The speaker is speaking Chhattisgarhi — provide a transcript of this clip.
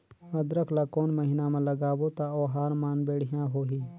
अदरक ला कोन महीना मा लगाबो ता ओहार मान बेडिया होही?